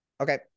okay